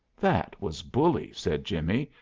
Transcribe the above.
that was bully, said jimmie,